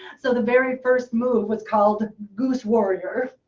so the very first move was called goose warrior.